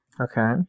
Okay